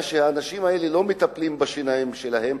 שהאנשים האלה לא מטפלים בשיניים שלהם,